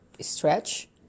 stretch